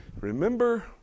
remember